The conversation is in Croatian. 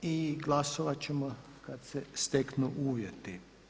I glasovati ćemo kada se steknu uvjeti.